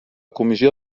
comissió